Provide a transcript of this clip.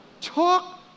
Talk